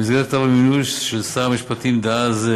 במסגרת כתב המינוי של שר המשפטים דאז,